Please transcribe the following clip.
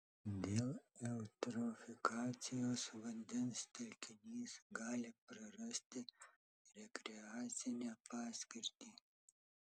dėl eutrofikacijos vandens telkinys gali prarasti rekreacinę paskirtį